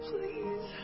Please